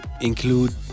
include